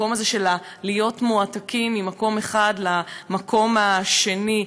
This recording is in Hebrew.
המקום הזה של להיות מועתקים ממקום אחד למקום השני,